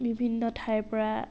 বিভিন্ন ঠাইৰ পৰা